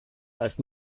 als